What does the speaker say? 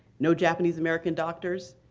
no japanese-american doctors.